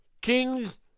Kings